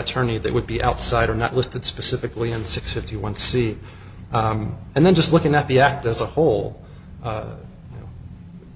attorney that would be outside or not listed specifically ends six fifty one c and then just looking at the act as a whole